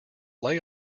lay